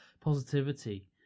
positivity